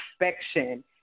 inspection